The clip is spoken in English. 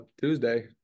Tuesday